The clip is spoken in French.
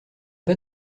pas